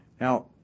Now